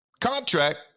contract